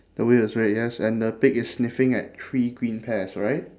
the wheel is red yes and the pig is sniffing at three green pears right